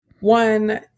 One